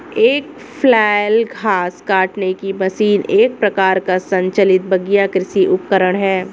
एक फ्लैल घास काटने की मशीन एक प्रकार का संचालित बगीचा कृषि उपकरण है